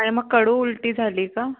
आणि मग कडू उलटी झाली का